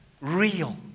real